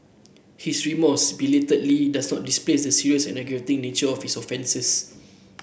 his remorse belatedly does not displace the serious and aggravating nature of his offences